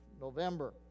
November